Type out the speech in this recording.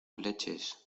leches